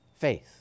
faith